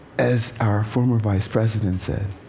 as our former vice president said,